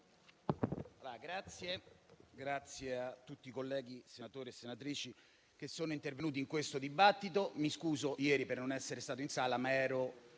ringrazio tutti i colleghi, senatori e senatrici, che sono intervenuti in questo dibattito. Mi scuso per non essere stato presente ieri